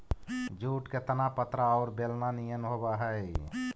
jute के तना पतरा औउर बेलना निअन होवऽ हई